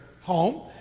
home